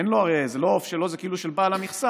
הרי זה לא עוף שלו אלא של בעל המכסה,